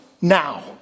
now